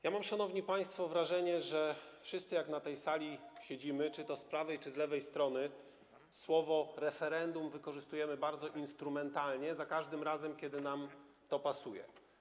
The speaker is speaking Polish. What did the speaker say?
Ja mam, szanowni państwo, wrażenie, że wszyscy jak na tej sali siedzimy, czy to z prawej, czy z lewej strony, słowo „referendum” wykorzystujemy bardzo instrumentalnie, za każdym razem kiedy nam to pasuje.